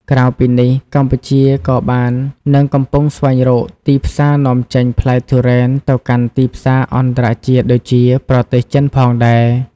ក្រៅពីនេះ កម្ពុជាក៏បាននឹងកំពុងស្វែងរកទីផ្សារនាំចេញផ្លែទុរេនទៅកាន់ទីផ្សារអន្តរជាតិដូចជាប្រទេសចិនផងដែរ។